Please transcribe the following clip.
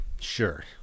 Sure